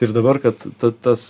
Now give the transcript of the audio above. ir dabar kad ta tas